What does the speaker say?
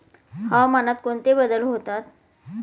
हवामानात कोणते बदल होतात?